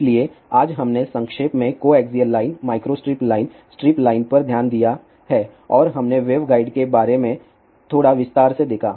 इसलिए आज हमने संक्षेप में coaxial line microstrip line strip line पर ध्यान दिया है और हमने वेवगाइड के बारे में थोड़ा विस्तार से देखा